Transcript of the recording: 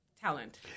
talent